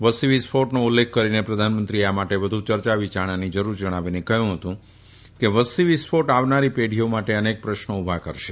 વસ્તી વિસ્ફોટનો ઉલ્લેખ કરીને પ્રધાનમંત્રીએ આ માટે વધુ યર્ચાવિયારણાની જરૂર જણાવીને કહ્યું હતું કે વસ્તી વિસ્ફોટ આવનારી પેઢીઓ માટે અનેક પ્રશ્નો ઊભા કરશે